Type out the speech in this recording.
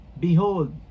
behold